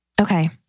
Okay